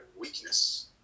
weakness